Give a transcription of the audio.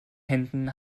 händen